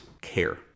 care